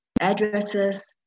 addresses